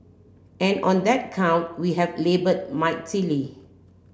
and on that count we have laboured mightily